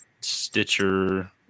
Stitcher